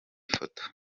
foto